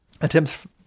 attempts